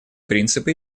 принципы